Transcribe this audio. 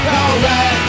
alright